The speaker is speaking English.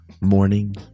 morning